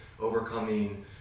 overcoming